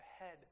ahead